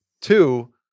two